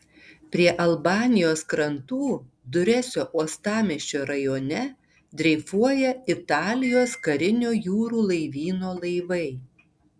prie albanijos krantų duresio uostamiesčio rajone dreifuoja italijos karinio jūrų laivyno laivai